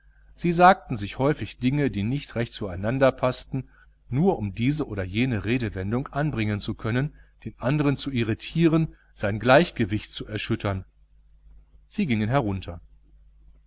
sie sagten sich häufig dinge die nicht recht zueinander paßten nur um diese oder jene redewendung anbringen zu können den andern zu irritieren sein gleichgewicht zu erschüttern sie gingen herunter